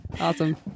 awesome